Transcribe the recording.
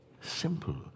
Simple